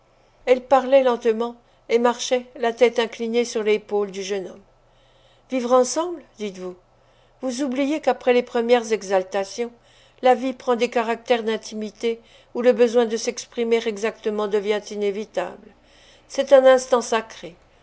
elle parlait lentement et marchait la tête inclinée sur l'épaule du jeune homme vivre ensemble dites-vous vous oubliez qu'après les premières exaltations la vie prend des caractères d'intimité où le besoin de s'exprimer exactement devient inévitable c'est un instant sacré